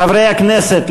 חברי הכנסת,